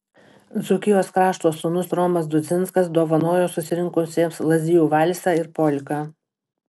dzūkijos krašto sūnus romas dudzinskas dovanojo susirinkusiems lazdijų valsą ir polką